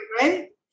right